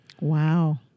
Wow